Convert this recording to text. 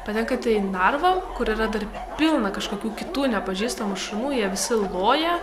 patenkate į narvą kur yra dar pilna kažkokių kitų nepažįstamų šunų jie visi loja